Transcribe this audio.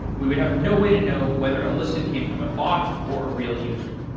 we would have no way to know whether a listen came from a bot or a real user.